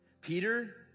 Peter